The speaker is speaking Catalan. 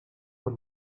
per